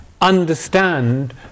understand